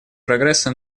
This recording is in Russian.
прогресса